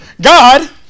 God